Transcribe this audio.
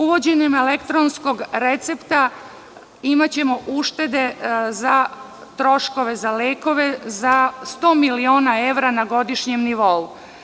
Uvođenjem elektronskog recepta imaćemo uštede na troškove za lekove za sto miliona evra na godišnjem nivou.